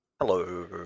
Hello